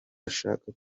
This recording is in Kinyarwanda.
ashaka